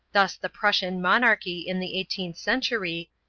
thus the prussian monarchy in the eighteenth century,